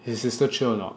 his sister chio or not